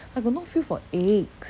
I got no feel for eggs